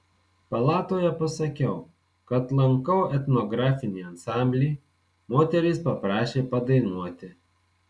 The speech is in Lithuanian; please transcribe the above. palatoje pasakiau kad lankau etnografinį ansamblį moterys paprašė padainuoti